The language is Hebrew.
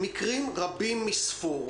מקרים רבים מספור,